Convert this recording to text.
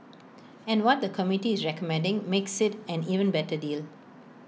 and what the committee is recommending makes IT an even better deal